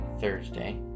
Thursday